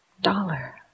Dollar